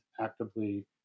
actively